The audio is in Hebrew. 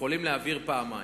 אפשר להעביר פעמיים,